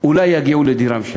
אולי יגיעו לדירה משלהם.